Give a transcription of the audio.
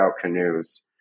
canoes